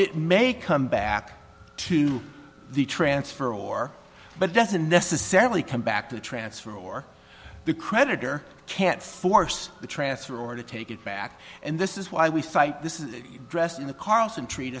it may come back to the transfer or but doesn't necessarily come back to the transfer or the creditor can't force the transfer or to take it back and this is why we fight this is dressed in the carlson treat